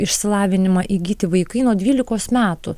išsilavinimą įgyti vaikai nuo dvylikos metų